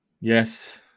yes